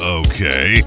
okay